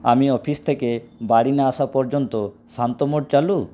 আমি অফিস থেকে বাড়ি না আসা পর্যন্ত শান্ত মোড চালু